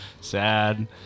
sad